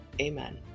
Amen